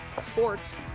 sports